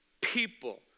people